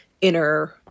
inner